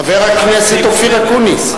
חבר הכנסת אופיר אקוניס.